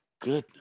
goodness